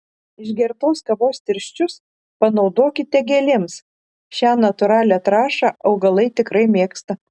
išgertos kavos tirščius panaudokite gėlėms šią natūralią trąšą augalai tikrai mėgsta